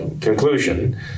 conclusion